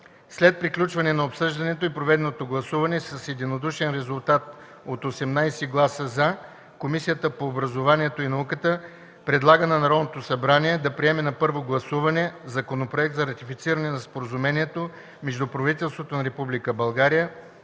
След приключване на обсъждането и проведено гласуване с единодушен резултат от 18 гласа „за”, Комисията по образованието и науката предлага на Народното събрание да приеме на първо гласуване Законопроект за ратифициране на Споразумението между правителството на